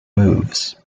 moves